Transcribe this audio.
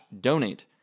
donate